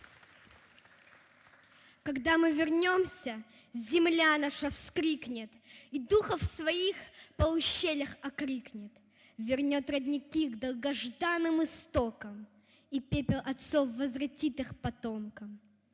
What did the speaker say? Когда мы вернемся, земля наша вскрикнет И духов своих по ущельях окрикнет, Вернет родники к долгожданным истокам И пепел отцов возвратит их потомкам.